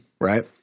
right